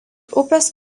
upės